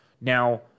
now